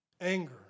anger